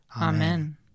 Amen